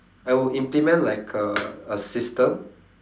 I will implement like a a system